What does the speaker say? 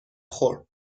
خورد